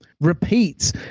Repeats